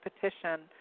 petition